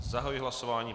Zahajuji hlasování.